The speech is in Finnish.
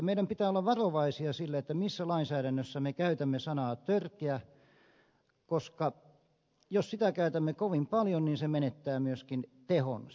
meidän pitää olla varovaisia siinä missä lainsäädännössä me käytämme sanaa törkeä koska jos sitä käytämme kovin paljon niin se menettää myöskin tehonsa